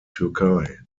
türkei